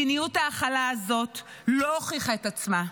מדיניות ההכלה הזאת לא הוכיחה את עצמה,